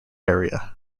area